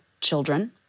children